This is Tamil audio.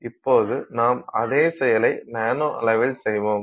இப்போது நாம் அதே செயலை நானோ அளவில் செய்வோம்